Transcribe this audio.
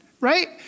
right